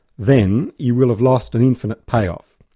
then you will have lost an infinite payoff.